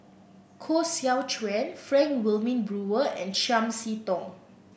Koh Seow Chuan Frank Wilmin Brewer and Chiam See Tong